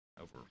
over